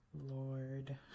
Lord